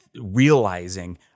realizing